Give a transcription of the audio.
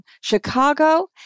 Chicago